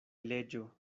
leĝo